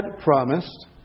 promised